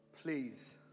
Please